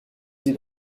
sie